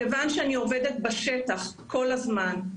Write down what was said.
מכיוון שאני עובדת בשטח כל הזמן,